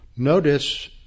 Notice